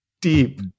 Deep